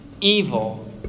evil